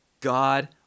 God